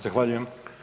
Zahvaljujem.